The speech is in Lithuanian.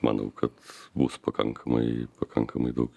manau kad bus pakankamai pakankamai daug